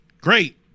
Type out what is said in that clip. great